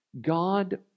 God